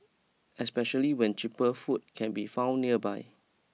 especially when cheaper food can be found nearby